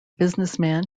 businessman